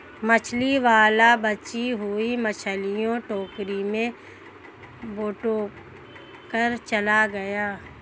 मछली वाला बची हुई मछलियां टोकरी में बटोरकर चला गया